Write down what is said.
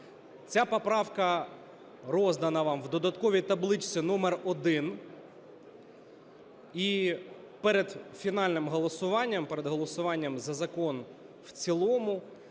Ця поправка роздана вам в додатковій табличці номер 1. І перед фінальним голосуванням, перед голосуванням за закон в цілому,